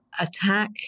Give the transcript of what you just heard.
attack